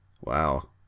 Wow